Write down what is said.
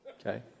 okay